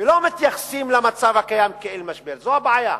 ולא מתייחסים למצב הקיים כאל משבר, וזאת הבעיה.